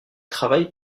travaille